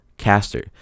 caster